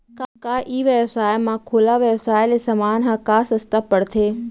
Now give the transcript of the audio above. का ई व्यवसाय म खुला व्यवसाय ले समान ह का सस्ता पढ़थे?